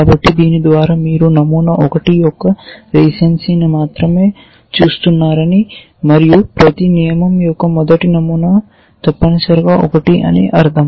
కాబట్టి దీని ద్వారా మీరు నమూనా ఒకటి యొక్క రీసెన్సీని మాత్రమే చూస్తున్నారని మరియు ప్రతి నియమం యొక్క మొదటి నమూనా తప్పనిసరిగా ఒకటి అని అర్థం